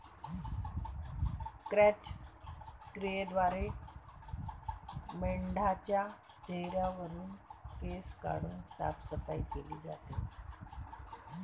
क्रॅच क्रियेद्वारे मेंढाच्या चेहऱ्यावरुन केस काढून साफसफाई केली जाते